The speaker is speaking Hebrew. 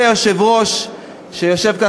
והיושב-ראש שיושב כאן,